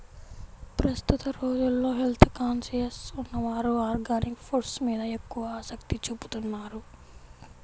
ప్రస్తుత రోజుల్లో health conscious ఉన్నవారు ఆర్గానిక్ ఫుడ్స్ మీద ఎక్కువ ఆసక్తి చూపుతున్నారు